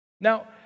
Now